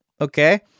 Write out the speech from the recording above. Okay